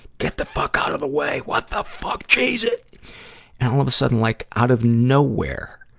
get the fuck out of the way! what the fuck! jesus! and all of a sudden, like out of nowhere,